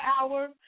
Hour